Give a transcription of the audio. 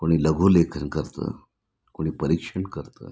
कोणी लघुलेखन करतं कोणी परीक्षण करतं